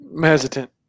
hesitant